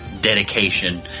dedication